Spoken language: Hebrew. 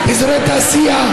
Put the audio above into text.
שעליה,